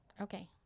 Okay